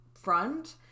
Front